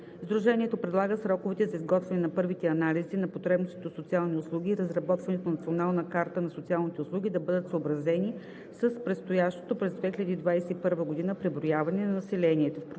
Сдружението предлага сроковете за изготвяне на първите анализи на потребностите от социални услуги и разработването на Националната карта на социалните услуги да бъдат съобразени с предстоящото през 2021 г. преброяване на населението. В противен